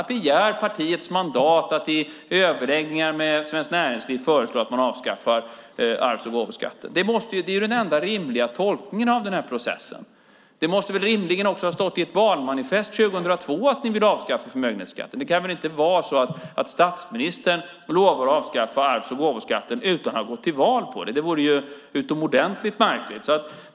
Ni har gett partiet mandat att i överläggningar med Svenskt Näringsliv föreslå att man avskaffar arvs och gåvoskatten. Det är den enda rimliga tolkningen av den här processen. Det måste väl rimligen också ha stått i ett valmanifest 2002 att ni ville avskaffa förmögenhetsskatten. Det kan väl inte vara så att statsministern lovar att avskaffa arvs och gåvoskatten utan att ha gått till val på det. Det vore utomordentligt märkligt.